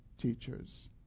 teachers